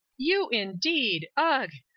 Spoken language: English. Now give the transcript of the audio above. you indeed! ugh!